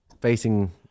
facing